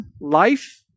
life